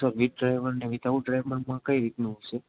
sir with driver અને without ડ્રાઈવરમાં કઈ રીતનું હસે